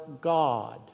God